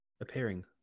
Appearing